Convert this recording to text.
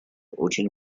очень